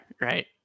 right